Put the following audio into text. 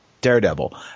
Daredevil